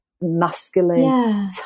masculine